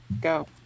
Go